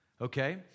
Okay